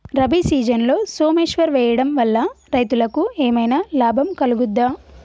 రబీ సీజన్లో సోమేశ్వర్ వేయడం వల్ల రైతులకు ఏమైనా లాభం కలుగుద్ద?